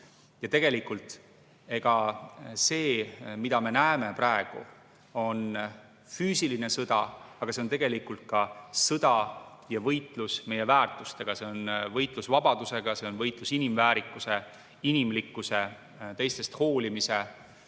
Ja tegelikult see, mida me näeme praegu, on füüsiline sõda. Aga see on ka sõda ja võitlus meie väärtustega, see on võitlus vabadusega, see on võitlus inimväärikuse, inimlikkuse, teistest hoolimise